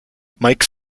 mike